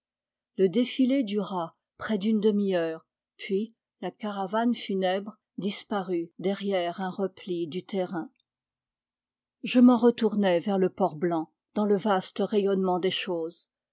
le défilé dura près d'une demi-heure puis la caravane funèbre disparut derrière un repli du terrain je m'en retournai vers le port blanc dans le vaste rayonnement des choses